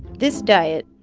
this diet,